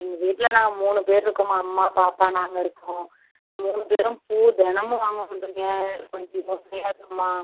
எங்கள் வீட்டில் நாங்கள் மூணு பேர் இருக்கோமா அம்மா பாப்பா நான் இருக்கோம் மூணு பேரும் பூ தினமும் வாங்க சொல்லுறீங்க கொஞ்சம் யோசனையாக இருக்குமா